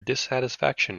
dissatisfaction